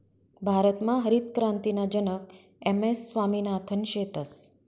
भारतमा हरितक्रांतीना जनक एम.एस स्वामिनाथन शेतस